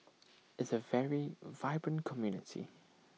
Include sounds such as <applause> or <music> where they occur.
<noise> is A very vibrant community